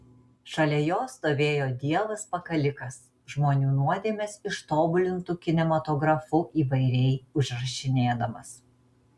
šalia jo stovėjo dievas pakalikas žmonių nuodėmes ištobulintu kinematografu įvairiai užrašinėdamas